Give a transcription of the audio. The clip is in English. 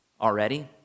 already